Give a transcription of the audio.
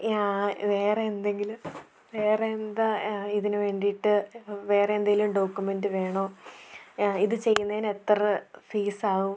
യാ വേറെ എന്തെങ്കിലും വേറെന്താ ഇതിനു വേണ്ടിയിട്ട് ഇത് വേറെ എന്തെങ്കിലും ഡോക്കുമെൻ്റ് വേണോ ഇത് ചെയ്യുന്നതിനത്ര ഫീസാകും